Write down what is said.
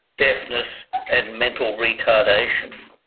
deafness and mental retardation.